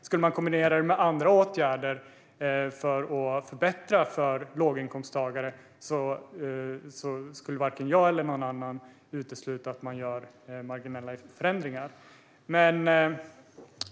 Skulle man däremot kombinera det med åtgärder som förbättrar för låginkomsttagare skulle varken jag eller någon annan utesluta att det görs marginella förändringar.